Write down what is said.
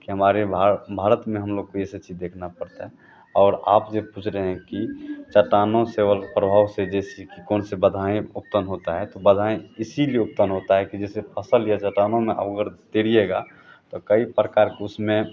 कि हमारे भा भारत में हम लोग को यह सब चीज़ देखना पड़ता है और आप यह सोच रहे हैं कि चट्टानों से ज और प्रभाव से जैसे कौन सी बधाएँ उत्पन्न होती है तो बाधाएँ इसीलिए उत्पन्न होती है कि जैसे फसल या चट्टानों में आप अगर तैरिएगा तो कई प्रकार उसमें